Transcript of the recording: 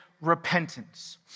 repentance